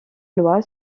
loi